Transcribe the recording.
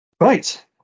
Right